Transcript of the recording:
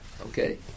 Okay